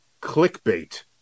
clickbait